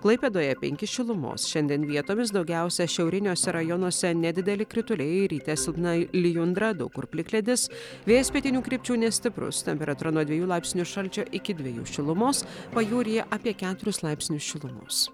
klaipėdoje penki šilumos šiandien vietomis daugiausia šiauriniuose rajonuose nedideli krituliai ryte silpna lijundra daug kur plikledis vėjas pietinių krypčių nestiprus temperatūra nuo dviejų laipsnių šalčio iki dviejų šilumos pajūryje apie keturis laipsnius šilumos